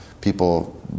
People